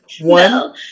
one